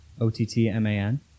O-T-T-M-A-N